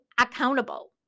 accountable